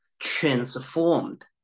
transformed